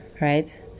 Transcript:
right